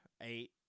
eight